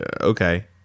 okay